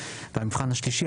והמבחן השלישי,